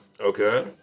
Okay